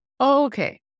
Okay